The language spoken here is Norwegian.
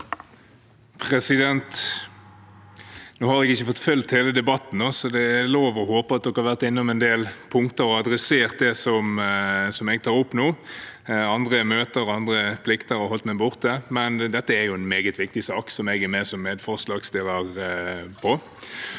Nå har jeg ikke fått fulgt hele debatten, så det er lov å håpe at dere har vært innom en del punkter, også det som jeg tar opp nå. Andre møter og plikter har holdt meg borte. Dette er en meget viktig sak, som jeg er med som medforslagsstiller til.